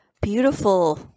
beautiful